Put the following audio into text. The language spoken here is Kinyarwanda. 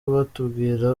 batubwire